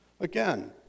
Again